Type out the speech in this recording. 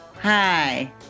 Hi